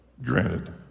Granted